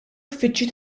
uffiċċju